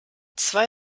zwei